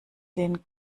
den